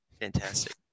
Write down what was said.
fantastic